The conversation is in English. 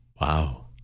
Wow